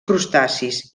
crustacis